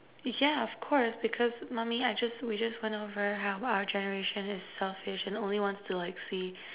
yeah of course because mummy I just we just went over how our generation is selfish and only wants to like see